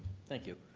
thank you.